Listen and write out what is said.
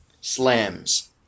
slams